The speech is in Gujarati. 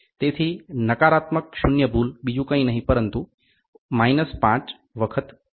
તેથી નકારાત્મક શૂન્ય ભૂલ બીજું કંઈ નહીં પરંતુ 5 વખત ગુણ્યા LC